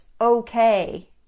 okay